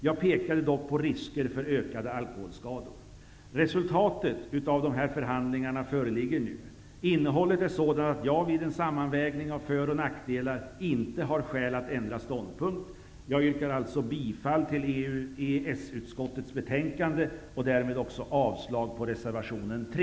Jag pekade dock på risker för ökade alkoholskador. Resultatet av förhandlingarna föreligger nu. Innehållet är sådant att jag vid en sammanvägning av för och nackdelarna inte har skäl att ändra ståndpunkt. Jag yrkar alltså bifall till EES-utskottets hemställan och därmed avslag på reservation 3.